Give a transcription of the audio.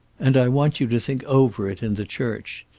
and i want you to think over it in the church.